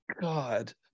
God